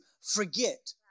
forget